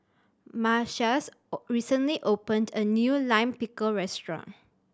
Matias recently opened a new Lime Pickle restaurant